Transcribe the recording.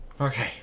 Okay